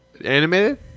Animated